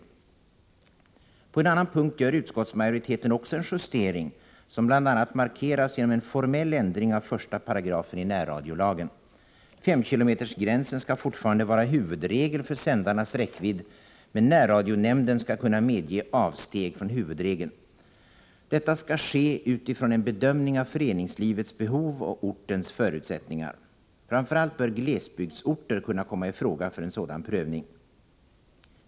Också på en annan punkt gör utskottsmajoriteten en justering, som bl.a. markeras genom en formell ändring av 1 § närradiolagen. 5-kilometersgränsen skall fortfarande vara huvudregel för sändarnas räckvidd, men närradionämnden skall kunna medge avsteg från huvudregeln. Detta skall ske ”utifrån en bedömning av föreningslivets behov och ortens förutsättningar”. Framför allt bör glesbygdsorter kunna komma i fråga för en sådan prövning.